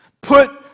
Put